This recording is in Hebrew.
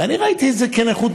ואני ראיתי את זה כנכות-נכות.